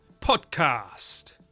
podcast